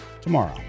tomorrow